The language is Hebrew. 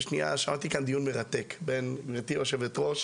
ושמעתי דיון מרתק בין גברתי יושבת הראש